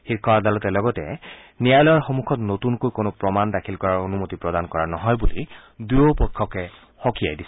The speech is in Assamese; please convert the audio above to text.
শীৰ্ষ আদালতে লগতে ন্যায়ালয়ৰ সন্মুখত নতুনকৈ কোনো প্ৰমাণ দাখিল কৰাৰ অনুমতি প্ৰদান কৰা নহয় বুলি দুয়োপক্ষকে সকীয়াই দিছে